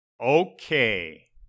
Okay